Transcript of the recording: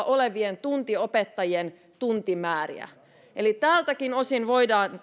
olevien tuntiopettajien tuntimääriä eli tältäkin osin voidaan